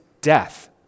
death